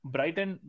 Brighton